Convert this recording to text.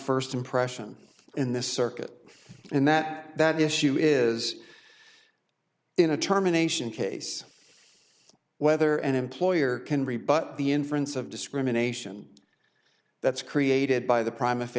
first impression in this circuit and that that issue is in a terminations case whether an employer can rebut the inference of discrimination that's created by the prime